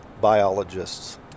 biologists